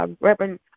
Reverend